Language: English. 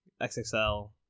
XXL